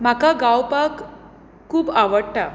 म्हाका गावपाक खूब आवडटा